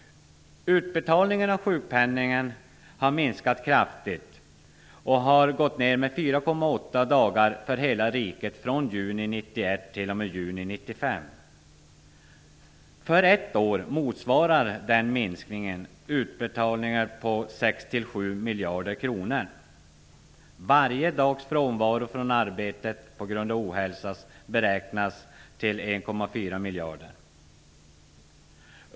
Utbetalningen av sjukpenning har minskat kraftigt. Antalet dagar har gått ner med 4,8 dagar för hela riket juni 1991-juni 1995. För ett år motsvarar det en minskad utbetalning på 6-7 miljarder kronor. Varje dags frånvaro från arbetet på grund av ohälsa beräknas till 1,4 miljarder.